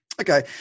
Okay